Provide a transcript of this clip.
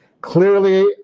Clearly